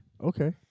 Okay